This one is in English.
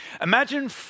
Imagine